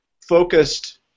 focused